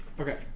Okay